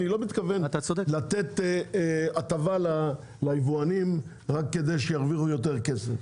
אני לא מתכוון לתת הטבה ליבואנים רק כדי שהם ירוויחו יותר כסף.